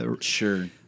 sure